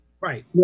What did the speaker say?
Right